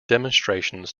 demonstrations